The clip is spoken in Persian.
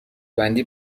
بندی